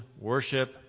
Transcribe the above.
worship